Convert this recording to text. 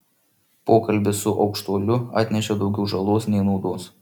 pokalbis su aukštuoliu atnešė daugiau žalos nei naudos